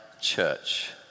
church